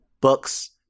books